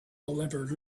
deliver